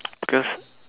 because